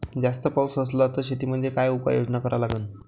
जास्त पाऊस असला त शेतीमंदी काय उपाययोजना करा लागन?